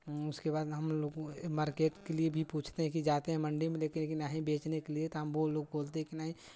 उसके बाद हमलोग मार्केट के लिये पूछते हैं कि जाते हैं मंडी में ले के कि नहीं बेचने के लिये तो हम लोग को बोलते हैं कि नहीं